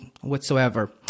whatsoever